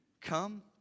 come